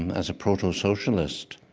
um as a proto-socialist.